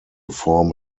form